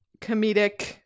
comedic